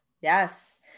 Yes